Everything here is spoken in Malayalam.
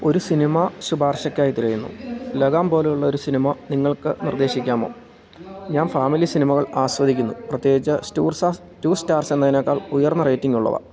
ഒരു സിനിമ ശുപാർശക്കായി തിരയുന്നു ലഗാന് പോലെയുള്ളൊരു സിനിമ നിങ്ങൾക്ക് നിർദ്ദേശിക്കാമോ ഞാന് ഫാമിലി സിനിമകൾ ആസ്വദിക്കുന്നു പ്രത്യേകിച്ച് ടു സ്റ്റാർസ് എന്നതിനെക്കാൾ ഉയർന്ന റേറ്റിങ്ങുള്ളവ